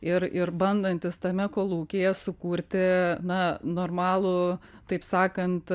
ir ir bandantis tame kolūkyje sukurti na normalų taip sakant